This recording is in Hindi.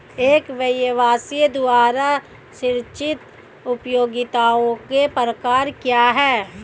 एक व्यवसाय द्वारा सृजित उपयोगिताओं के प्रकार क्या हैं?